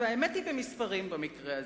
והאמת היא במספרים במקרה הזה.